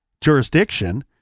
jurisdiction